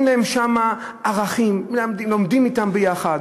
נותנים להם שם ערכים: לומדים אתם ביחד,